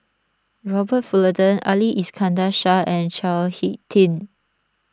Robert Fullerton Ali Iskandar Shah and Chao Hick Tin